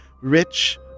Rich